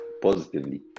positively